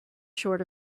short